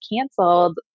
canceled